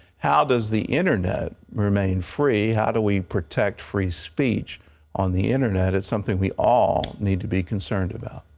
how does the internet remain free? how do we protect free speech on the internet, and it's something we all need to be concerned about.